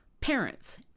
parents